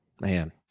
Man